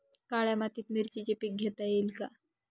काळ्या मातीत मिरचीचे पीक घेता येईल का?